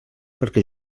perquè